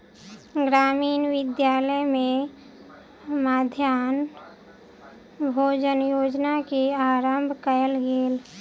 ग्रामीण विद्यालय में मध्याह्न भोजन योजना के आरम्भ कयल गेल